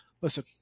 listen